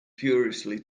furiously